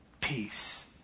peace